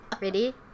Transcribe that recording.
ready